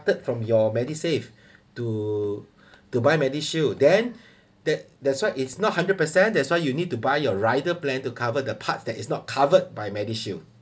deducted from your medisave to to buy medishield then that that's why it's not hundred percent that's why you need to buy your rider plan to cover the part that is not covered by medishield